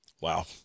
Wow